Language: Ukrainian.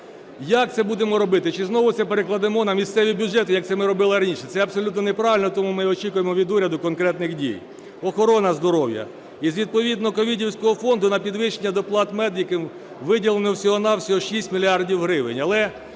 Як це будемо робити, чи знову це перекладемо на місцеві бюджети, як це ми робили раніше? Це абсолютно неправильно, тому ми очікуємо від уряду конкретних дій. Охорона здоров'я. Із відповідно ковідівського фонду на підвищення доплат медикам виділено всього-на-всього 6 мільярдів